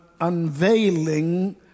unveiling